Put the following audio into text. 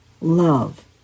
love